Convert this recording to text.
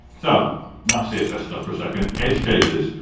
so enough css stuff for a second. edge cases.